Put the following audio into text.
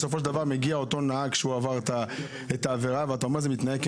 מגיע נהג שעבר עבירה, ואתה אומר שזה מתנהל כמסחרה,